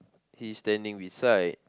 he's standing beside